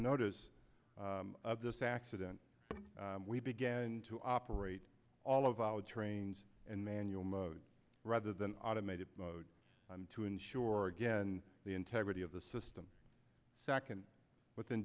notice of this accident we began to operate all of our trains and manual mode rather than automated to ensure again the integrity of the system second within